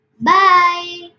Bye